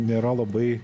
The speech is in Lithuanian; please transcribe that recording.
nėra labai